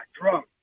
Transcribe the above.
drunk